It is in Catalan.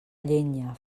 llenya